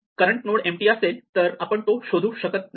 current node empty असेल तर आपण ते शोधू शकत नाही